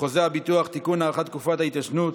חוזה הביטוח (תיקון, הארכת תקופת ההתיישנות),